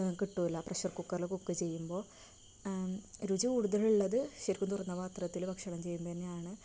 കിട്ടില്ല പ്രഷർ കുക്കറില് കുക്ക് ചെയ്യുമ്പോൾ രുചി കൂടുതലുള്ളത് ശരിക്കും തുറന്ന പാത്രത്തില് ഭക്ഷണം ചെയ്യുന്നത് തന്നെയാണ്